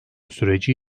süreci